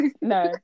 No